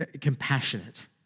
compassionate